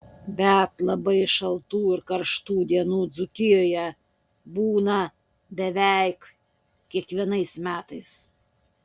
bet labai šaltų ir karštų dienų dzūkijoje būna beveik kiekvienais metais